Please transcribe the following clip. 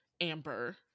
Amber